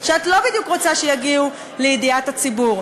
שאת לא בדיוק רוצה שיגיעו לידיעת הציבור.